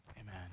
Amen